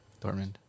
Dortmund